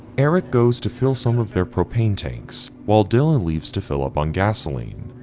eric goes to fill some of their propane tanks while dylan leaves to fill up on gasoline.